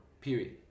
period